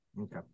Okay